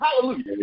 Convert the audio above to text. Hallelujah